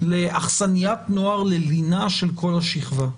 לאכסניית נוער ללינה של כל השכבה,